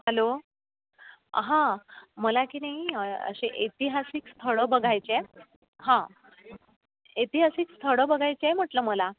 hello हां मला की नाही असे ऐतिहासिक स्थळं बघायचे आहेत हां ऐतिहासिक स्थळं बघायची आहे म्हटलं मला